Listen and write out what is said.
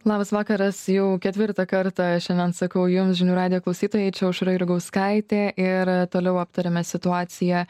labas vakaras jau ketvirtą kartą šiandien sakau jums žinių radijo klausytojai čia aušra jurgauskaitė ir toliau aptariame situaciją